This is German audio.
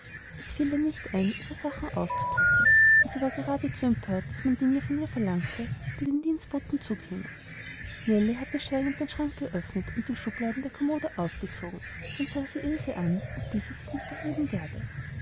es fiel ihr nicht ein ihre sachen auszupacken und sie war geradezu empört daß man dinge von ihr verlangte die den dienstboten zukämen nellie hatte schweigend den schrank geöffnet und die schubladen der kommode aufgezogen dann sah sie ilse an ob diese sich nicht erheben werde